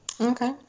Okay